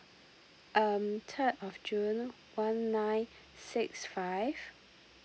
um third of june one nine six five